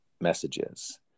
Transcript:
messages